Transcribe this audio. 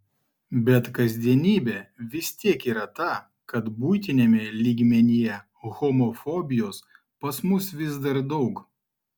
bet kasdienybė vis tiek yra ta kad buitiniame lygmenyje homofobijos pas mus vis dar daug